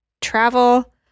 travel